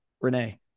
Renee